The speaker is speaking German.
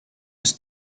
ist